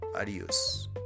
Adios